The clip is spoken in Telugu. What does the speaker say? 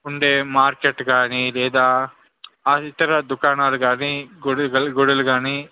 ఉండే మార్కెట్ కానీ లేదా ఇతర దుకాణాలు కానీ గుడులు గా గుడులు కానీ